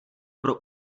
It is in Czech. pro